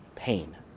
Pain